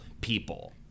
people